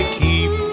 keep